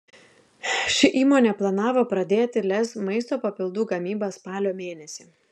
ši įmonė planavo pradėti lez maisto papildų gamybą spalio mėnesį